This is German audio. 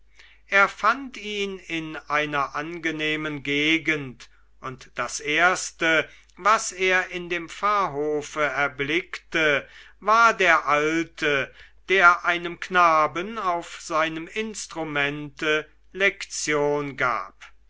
er fand ihn in einer angenehmen gegend und das erste was er in dem pfarrhofe erblickte war der alte der einem knaben auf seinem instrumente lektion gab